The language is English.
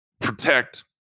protect